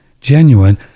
genuine